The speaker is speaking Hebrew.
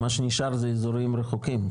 מה שנשאר זה אזורים רחוקים,